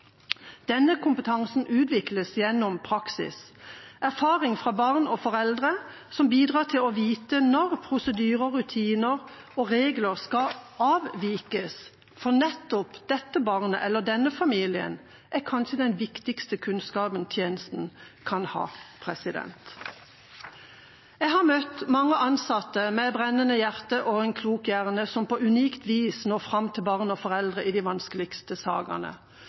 Denne kompetansen utvikles gjennom praksis. Erfaring fra barn og foreldre som bidrar til at man vet når prosedyrer, rutiner og regler skal avvikes for nettopp dette barnet eller denne familien, er kanskje den viktigste kunnskapen tjenesten kan ha. Jeg har møtt mange ansatte med et brennende hjerte og en klok hjerne som på unikt vis når fram til barn og foreldre i de vanskeligste sakene,